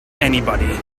anybody